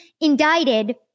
indicted